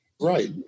Right